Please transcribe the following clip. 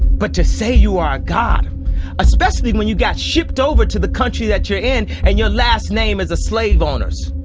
but to say you are a god especially when you got shipped over to the country that you're in and your last name as a slave owners.